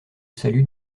salut